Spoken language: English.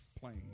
plane